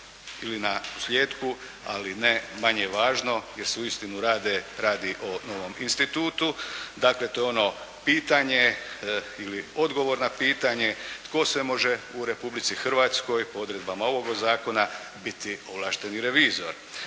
ili na posljetku ali ne manje važno, jer se uistinu radi o novom institutu. Dakle, to je ono pitanje ili odgovor na pitanje tko sve može u Republici Hrvatskoj po odredbama ovog zakona biti ovlašteni revizor.